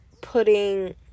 putting